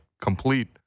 complete